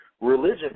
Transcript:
religion